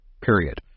period